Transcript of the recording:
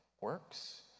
works